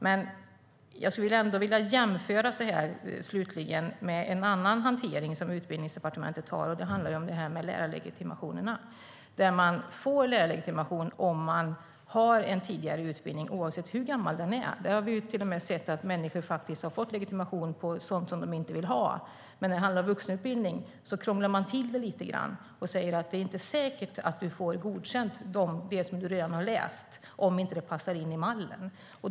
Men jag skulle slutligen vilja jämföra med en annan hantering som Utbildningsdepartementet har. Det handlar om lärarlegitimationerna. Man får lärarlegitimation om man har en tidigare utbildning, oavsett hur gammal den är. Vi har till och med sett att människor har fått legitimation för sådant som de inte vill ha det för. Men när det handlar om vuxenutbildning krånglar man till det lite grann och säger: Det är inte säkert att du får godkänt för det som du redan har läst; det får du inte om det inte passar in i mallen.